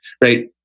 right